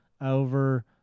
over